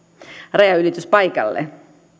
rajanylityspaikalle